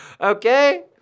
Okay